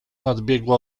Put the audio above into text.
nadbiegła